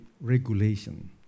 regulation